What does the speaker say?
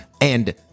and-